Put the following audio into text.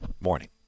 morning